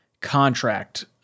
contract